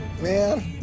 Man